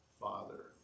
Father